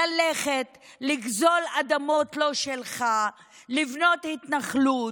ללכת, לגזול אדמות לא שלך, לבנות התנחלות,